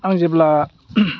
आं जेब्ला